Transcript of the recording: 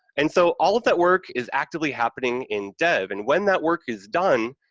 and, so, all of that work is actively happening in dev, and when that work is done,